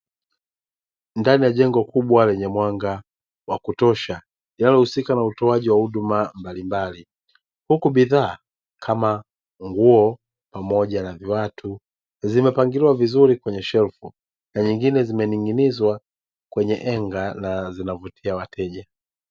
Ndani ya jengo, lenye mwanga wa kutosha linalohusika na utoaji wa huduma mbalimbali, huku bidhaa kama nguo pamoja na viatu vimepangiliwa vizuri kwenye shelfu. Nyingine zimening'inizwa kwenye enga na zinavutia wateja.